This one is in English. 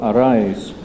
Arise